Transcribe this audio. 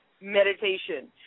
Meditation